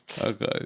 Okay